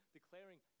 declaring